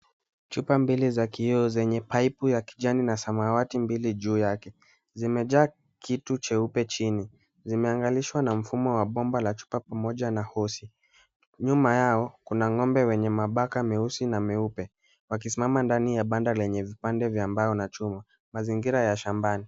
Chupa mbili za kioo zenye pipu za kijani na samawati mbili juu yake. Zimejaa kitu cheupe chini. Zimeangalishwa na mfumo wa bomba la chupa pamoja na hosi. Nyuma yao kuna ng'ombe wenye mabaka meusi na meupe, wakisimama ndani ya banda lenye vipande vya mbao na chuma. Mazingira ya shambani.